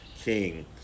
King